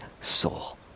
soul